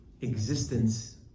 existence